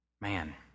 Man